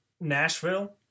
Nashville